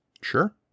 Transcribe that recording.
Sure